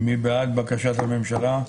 מי בעד בקשת הממשלה?